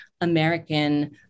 American